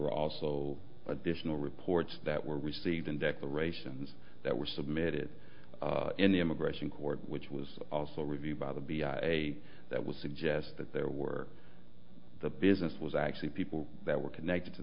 were also additional reports that were received in declarations that were submitted in the immigration court which was also reviewed by the b i a that would suggest that there were the business was actually people that were connected to